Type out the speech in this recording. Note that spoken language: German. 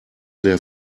der